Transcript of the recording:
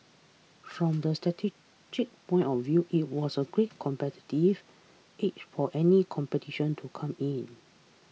from a strategic point of view it was a great competitive edge for any competition to come in